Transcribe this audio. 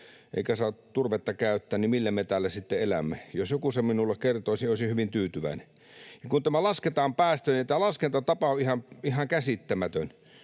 eikä saa turvetta käyttää, niin millä me täällä sitten elämme? Jos joku sen minulle kertoisi, olisin hyvin tyytyväinen. Ja kun tämä lasketaan päästöinä, niin tämä laskentatapa on ihan käsittämätön.